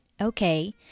Okay